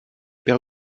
père